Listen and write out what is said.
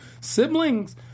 Siblings